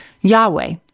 Yahweh